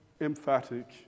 emphatic